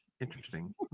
interesting